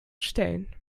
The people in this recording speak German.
stellen